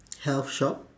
health shop